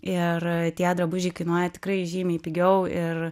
ir tie drabužiai kainuoja tikrai žymiai pigiau ir